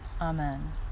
Amen